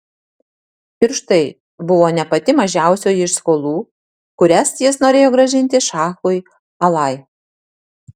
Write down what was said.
ir šitai buvo ne pati mažiausioji iš skolų kurias jis norėjo grąžinti šachui alai